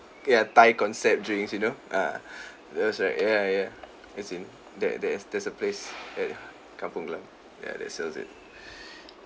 ya thai concept drinks you know ah those right ya ya as in that there's there's a place at kampong glam ya that sells it